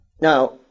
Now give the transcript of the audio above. Now